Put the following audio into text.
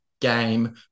game